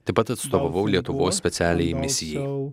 taip pat atstovavau lietuvos specialiajai misijai